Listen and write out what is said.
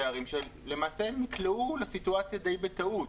ערים שלמעשה הם נקלעו לסיטואציה די בטעות.